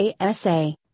ASA